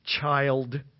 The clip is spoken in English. child